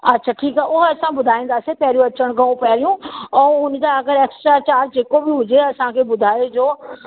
अछा ठीकु आहे उहो असां ॿुधाईंदासे पहिरियों अचण खां पहिरियों ऐं उन जा अगरि एक्स्ट्रा चार्ज जेको बि हुजे असांख ॿुधाइजो